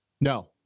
No